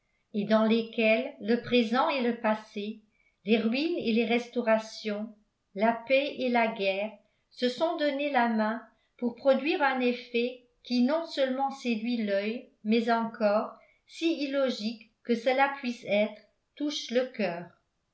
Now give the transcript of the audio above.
et dans lesquelles le présent et le passé les ruines et les restaurations la paix et la guerre se sont donné la main pour produire un effet qui non seulement séduit l'œil mais encore si illogique que cela puisse être touche le cœur